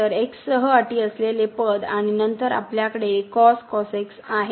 तर x सह अटी असलेले पद आणि नंतर आपल्याकडे आहे